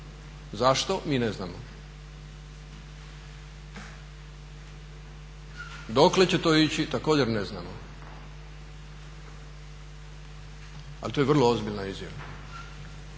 zašto? mi ne znamo. Dokle će to ići također ne znamo, ali to je vrlo ozbiljna izjava